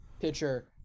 pitcher